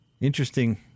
Interesting